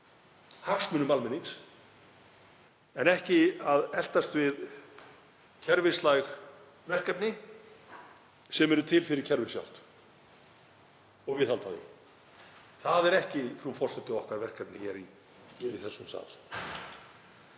hagsmunum almennings en ekki að eltast við kerfislæg verkefni sem eru til fyrir kerfið sjálft og viðhalda því, frú forseti. Það er ekki okkar verkefni í þessum sal.